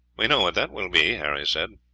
we know what that will be, harry said.